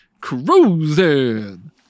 cruising